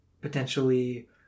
potentially